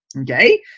Okay